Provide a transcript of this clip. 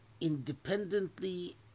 independently